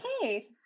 okay